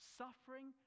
suffering